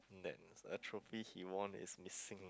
the a trophy he won is missing